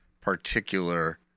particular